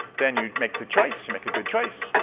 then, you make the choice to make a good choice,